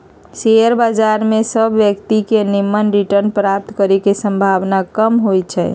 share बजार में सभ व्यक्तिय के निम्मन रिटर्न प्राप्त करे के संभावना कम होइ छइ